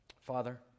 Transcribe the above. Father